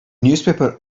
newspaper